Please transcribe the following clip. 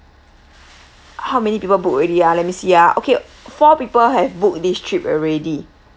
how many people book already ah let me see ah okay four people have book this trip already